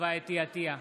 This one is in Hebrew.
חוה אתי עטייה,